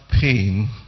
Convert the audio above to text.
pain